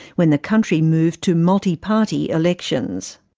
when the country moved to multi-party elections.